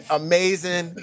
amazing